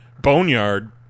boneyard